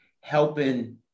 helping